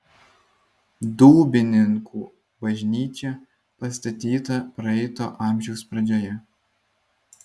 dūbininkų bažnyčia pastatyta praeito amžiaus pradžioje